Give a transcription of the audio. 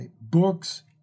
Books